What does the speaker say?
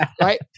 Right